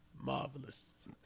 Marvelous